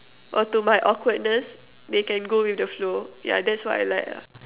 or to my awkwardness they can go with the flow yeah that's what I like ah